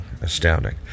Astounding